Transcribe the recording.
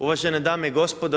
Uvažene dame i gospodo.